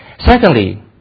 Secondly